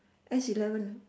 S-eleven